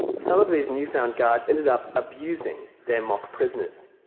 some of these newfound guards ended up abusing their mock prisoners.